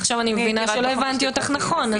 בסדר, עכשיו אני מבינה שלא הבנתי אותך נכון.